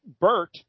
Bert